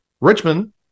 Richmond